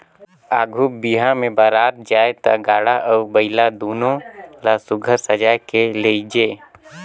आघु बिहा मे बरात जाए ता गाड़ा अउ बइला दुनो ल सुग्घर सजाए के लेइजे